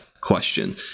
question